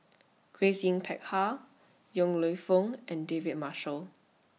Grace Yin Peck Ha Yong Lew Foong and David Marshall